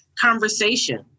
conversation